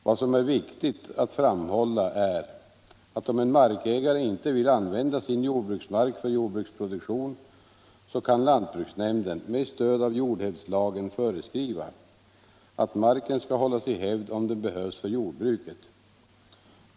Vad som är viktigt att framhålla är att om en markägare inte vill använda sin jordbruksmark för jordbruksproduktion kan lantbruksnämnden med stöd av jordhävdslagen föreskriva att marken skall hållas i hävd om den behövs för jordbruket.